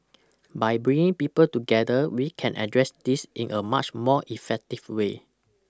by bringing people together we can address this in a much more effective way